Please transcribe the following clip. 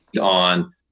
on